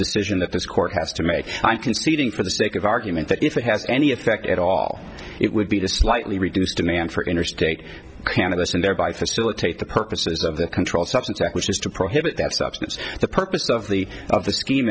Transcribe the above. decision that this court has to make conceding for the sake of argument that if it has any effect at all it would be to slightly reduce demand for interstate cannabis and thereby facilitate the purposes of the controlled substance act which is to prohibit that substance the purpose of the